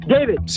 David